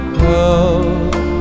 help